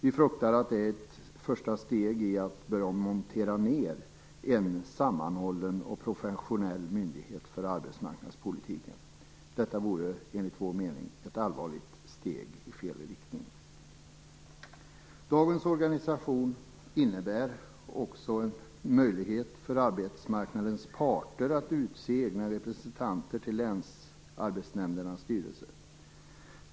Vi fruktar att det är ett första steg i att man börjar att montera ner en sammanhållen och professionell myndighet för arbetsmarknadspolitiken. Detta vore enligt vår mening allvarligt, det vore att ta ett steg i fel riktning. Dagens organisation innebär också en möjlighet för arbetsmarknadens parter att utse egna representanter till länsarbetsnämndernas styrelser.